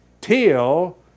Till